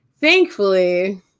Thankfully